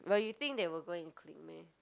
but you think they will go and click meh